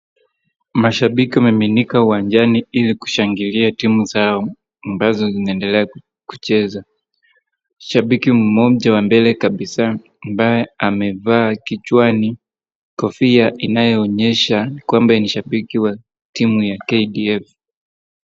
Mashabiki wamemiminika uwanja ni ili kushangilia timu zao ambazo zinaendelea kucheza. Shabiki mmoja wa mbele kabisa ambaye amevaa kichwani, kofia inayoonyesha kwamba yeye ni shabiki wa timu ya KDF.